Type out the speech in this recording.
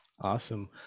awesome